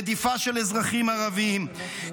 רדיפה של אזרחים ערבים,